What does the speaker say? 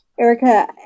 Erica